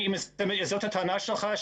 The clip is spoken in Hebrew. זו הטענה שלך,